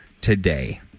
today